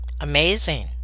amazing